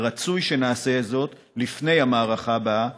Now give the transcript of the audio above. ורצוי שנעשה זאת לפני המערכה הבאה,